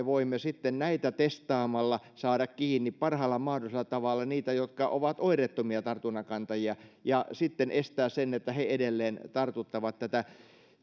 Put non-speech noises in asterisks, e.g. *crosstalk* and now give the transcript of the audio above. *unintelligible* voimme sitten heitä testaamalla saada kiinni parhaalla mahdollisella tavalla niitä jotka ovat oireettomia tartunnankantajia ja sitten estää sen että he edelleen tartuttavat